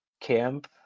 camp